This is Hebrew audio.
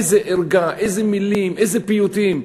איזו ערגה, איזה מילים, איזה פיוטים.